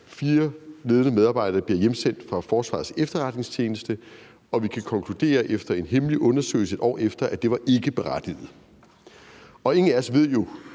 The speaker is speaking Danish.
fire ledende medarbejdere bliver hjemsendt fra Forsvarets Efterretningstjeneste, og vi kan konkludere efter en hemmelig undersøgelse et år efter, at det ikke var berettiget. Ingen af os ved jo,